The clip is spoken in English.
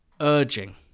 urging